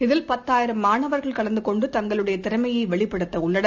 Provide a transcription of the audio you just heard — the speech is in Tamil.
இதில் பத்தாயிரம் மாணவர்கள் கலந்துகொண்டு தங்களுடையதிறமையைவெளிப்படுத்தஉள்ளனர்